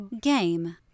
Game